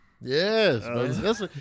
Yes